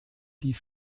die